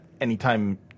anytime